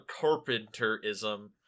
carpenterism